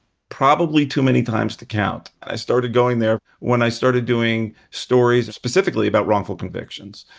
probably too many times to count. i started going there when i started doing stories, specifically about wrongful convictions.